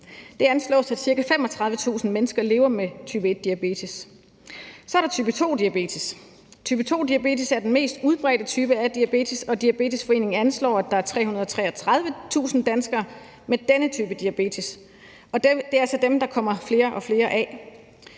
Det anslås, at ca. 35.000 mennesker lever med type 1-diabetes. Så er der type 2-diabetes. Type 2-diabetes er den mest udbredte type af diabetes, og Diabetesforeningen anslår, at der er 333.000 danskere med denne type diabetes. Og det er altså dem, der kommer flere og flere af.